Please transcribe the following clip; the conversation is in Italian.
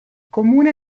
comune